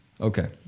Okay